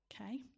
Okay